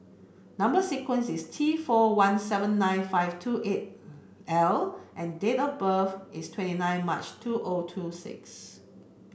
number sequence is T four one seven nine five two eight L and date of birth is twenty nine March two O two six